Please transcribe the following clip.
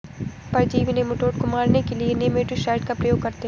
परजीवी नेमाटोड को मारने के लिए नेमाटीसाइड का प्रयोग करते हैं